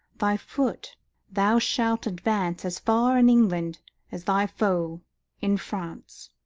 thy foot thou shalt advance as far in england as thy foe in france